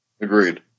Agreed